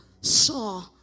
saw